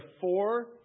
four